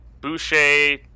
Boucher